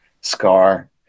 Scar